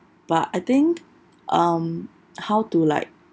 but I think um how to like